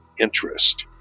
interest